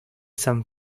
san